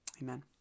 amen